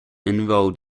enrolled